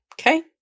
okay